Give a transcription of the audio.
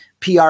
PR